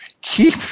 keep